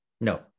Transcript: no